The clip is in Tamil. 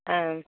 ஆ